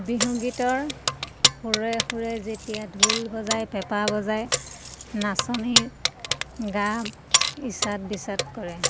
বিহুগীতৰ সুৰে সুৰে যেতিয়া ঢোল বজায় পেঁপা বজায় নাচনী গা ইচাদ বিচাদ কৰে